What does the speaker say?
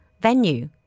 venue